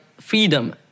freedom